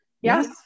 Yes